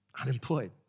unemployed